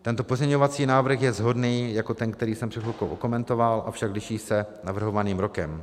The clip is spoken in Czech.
Tento pozměňovací návrh je shodný jako ten, který jsem před chvilkou okomentoval, avšak liší se navrhovaným rokem.